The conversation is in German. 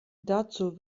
dazu